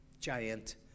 giant